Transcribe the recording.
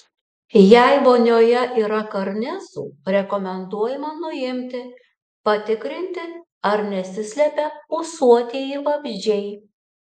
jei vonioje yra karnizų rekomenduojama nuimti patikrinti ar nesislepia ūsuotieji vabzdžiai